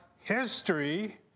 history